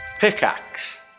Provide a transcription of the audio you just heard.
pickaxe